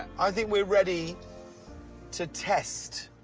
i think we're ready to test